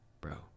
Bro